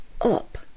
up